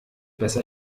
besser